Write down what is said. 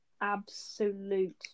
absolute